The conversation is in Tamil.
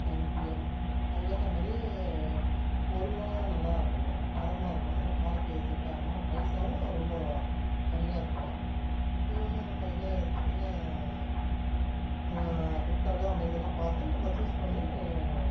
நைன் பிஎம் அதுக்கேற்ற மாதிரி பொருளும் நல்லா இருக்கணும் தரமாக இருக்கணும் நம்ம காலுக்கு செட் ஆகுமா பைசாவும் ரொம்ப கம்மியாக இருக்கும் இது வந்து நம்ம என்னது என்ன ஃப்ளிப்கார்டும் அமேஸானெல்லாம் பார்த்து நம்ம சூஸ் பண்ணி